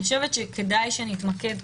אני חושבת שכדאי שנתמקד,